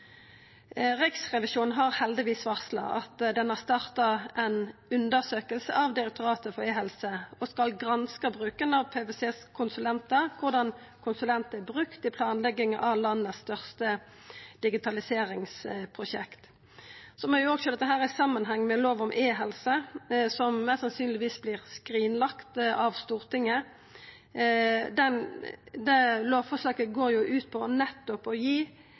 Riksrevisjonen har heldigvis varsla at dei har starta ei undersøking av Direktoratet for e-helse, og dei skal granska bruken av PwC sine konsulentar, korleis konsulentar er brukt i planlegginga av det største digitaliseringsprosjektet i landet. Så må ein òg sjå dette i samanheng med lov om e-helse, som mest sannsynleg vert skrinlagd av Stortinget. Det lovforslaget går ut på nettopp å gi